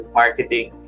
marketing